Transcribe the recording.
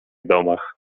domach